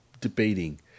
debating